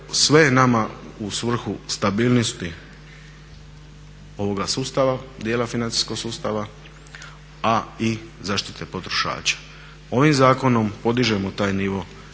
sve nama u svrhu stabilnosti ovoga sustava, djela financijskog sustava a i zaštite potrošača. Ovim zakonom podižemo taj nivo